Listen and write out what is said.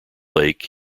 lake